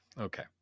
Okay